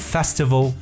Festival